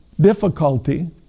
difficulty